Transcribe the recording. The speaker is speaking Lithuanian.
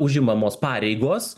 užimamos pareigos